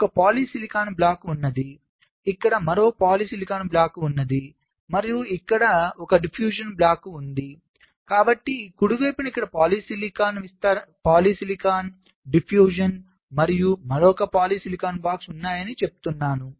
ఇక్కడ ఒక polysilicon block ఉన్నది ఇక్కడ మరొక పాలిసిలికాన్ బ్లాక్ ఉంది మరియు మనకు ఇక్కడ ఒక డిఫ్యూజన్ బ్లాక్ ఉంది కాబట్టి కుడి వైపున ఇక్కడ పాలిసిలికాన్ విస్తరణ మరియు మరొక పాలిసిలికాన్ బ్లాక్స్ ఉన్నాయ్ అని చెప్తున్నాను